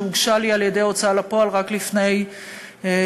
שהוגשה לי על-ידי ההוצאה לפועל רק לפני שבועיים-שלושה.